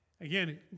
Again